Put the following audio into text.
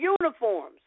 uniforms